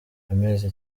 amezi